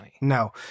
No